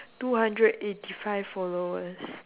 two hundred eighty five followers